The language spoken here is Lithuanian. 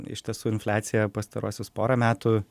iš tiesų infliacija pastaruosius porą metų